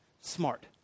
smart